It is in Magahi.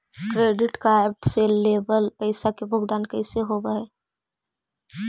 क्रेडिट कार्ड से लेवल पैसा के भुगतान कैसे होव हइ?